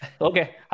Okay